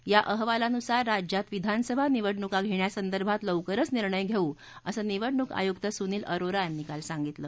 या अहवालानुसार राज्यात विधानसभा निवडणूका घेण्यासंदर्भात लवकरच निर्णय घेऊ असं निवडणूक आयुक्त सुनील अरोरा यांनी काल सांगीतलं